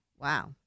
Wow